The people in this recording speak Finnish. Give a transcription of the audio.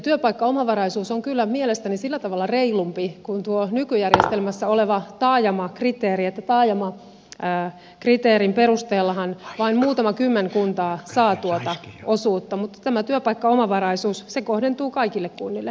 työpaikkaomavaraisuus on kyllä mielestäni sillä tavalla reilumpi kuin tuo nykyjärjestelmässä oleva taajamakriteeri että taajamakriteerin perusteellahan vain muutama kymmen kuntaa saa tuota osuutta mutta tämä työpaikkaomavaraisuus kohdentuu kaikille kunnille